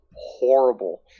horrible